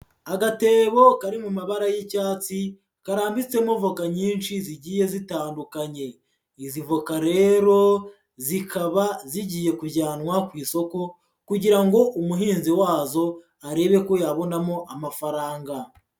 Agatebo kari mu mabara y'icyatsi karambitsemo voka nyinshi zigiye zitandukanye, izi voka rero zikaba zigiye kujyanwa ku isoko kugira ngo umuhinzi wazo arebe ko yabonamo amafaranga.